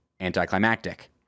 anticlimactic